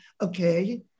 okay